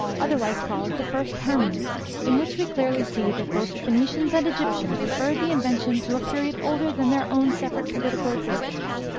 otherwise called the first hermes in which we clearly see that both the phoenicians and egyptians referred the invention to a period older than their own separate political existence,